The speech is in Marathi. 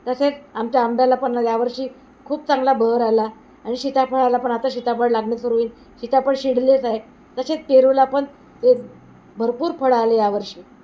तसेच आमच्या आंब्याला पण यावर्षी खूप चांगला बहर आला आणि सिताफळाला पण आता सीताफळ लागणे सुरू होईल सीताफळ शिडलेस आहे तसेच पेरूला पण ते भरपूर फळं आले यावर्षी